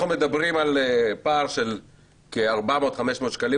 אנחנו מדברים על פער של כ-400,500 שקלים